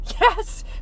Yes